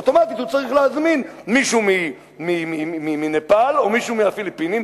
אוטומטית הוא צריך להזמין מישהו מנפאל או מישהו מהפיליפינים,